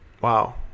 Wow